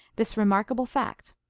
this remarkable fact,